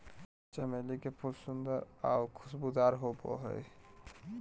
चमेली के फूल सुंदर आऊ खुशबूदार होबो हइ